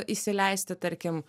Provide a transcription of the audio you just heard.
įsileisti tarkim